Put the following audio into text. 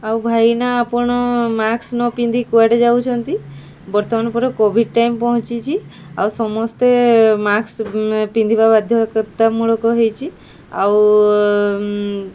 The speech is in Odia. ଆଉ ଭାଇନା ଆପଣ ମାସ୍କ୍ ନ ପିନ୍ଧି କୁଆଡ଼େ ଯାଉଛନ୍ତି ବର୍ତ୍ତମାନ ପୁରା କୋଭିଡ଼୍ ଟାଇମ୍ ପହଞ୍ଚିଛି ଆଉ ସମସ୍ତେ ମାସ୍କ୍ ପିନ୍ଧିବା ବାଧ୍ୟତାମୂଳକ ହେଇଛି ଆଉ